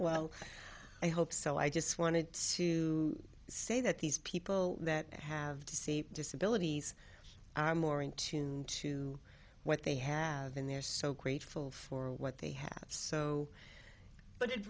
well i hope so i just wanted to say that these people that have to see disability are more in tune to what they have in their so grateful for what they have so but it